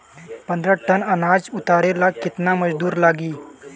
पन्द्रह टन अनाज उतारे ला केतना मजदूर लागी?